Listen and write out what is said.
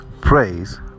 praise